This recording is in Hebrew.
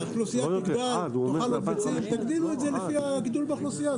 כשהאוכלוסייה תגדל תאכל עוד ביצים תגדילו את זה לפי הגידול באוכלוסייה,